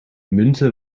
munten